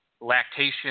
lactation